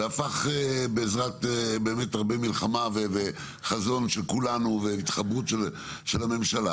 בעזרת הרבה מלחמה וחזון של כולנו והתחברות של הממשלה